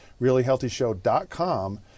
reallyhealthyshow.com